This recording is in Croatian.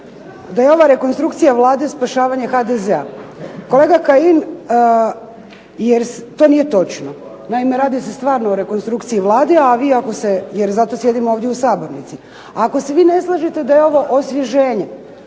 da je ova rekonstrukcija Vlade spašavanje HDZ-a. Kolega Kajin, to nije točno, naime radi se stvarno o rekonstrukciji Vlade, a vi ako se, jer zato sjedimo ovdje u sabornici, ako se vi ne slažete da je ovo osvježenje,